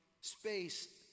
space